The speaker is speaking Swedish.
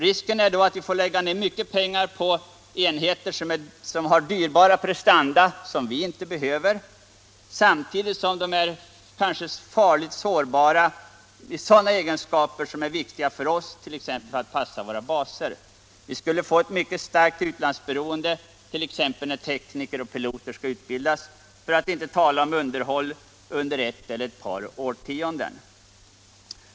Risken är då att vi får lägga ner mycket pengar på enheter som har dyrbara prestanda som vi inte behöver, samtidigt som dessa plan kanske blir farligt sårbara när det gäller egenskaper som är viktiga för oss, t.ex. att planen skall passa våra baser. Vi skulle få ett mycket starkt utlandsberoende, exempelvis när tekniker och piloter skall utbildas, för att inte tala om underhållet under ett eller ett par årtionden.